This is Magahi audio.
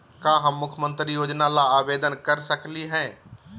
का हम मुख्यमंत्री योजना ला आवेदन कर सकली हई?